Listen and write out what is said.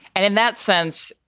and in that sense,